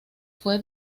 fue